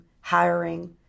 hiring